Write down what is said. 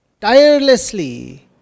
tirelessly